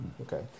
Okay